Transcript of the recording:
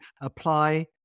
apply